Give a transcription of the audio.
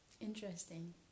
Interesting